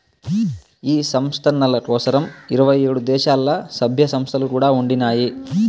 ఈ సంస్కరణల కోసరం ఇరవై ఏడు దేశాల్ల, సభ్య సంస్థలు కూడా ఉండినాయి